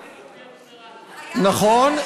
נכון,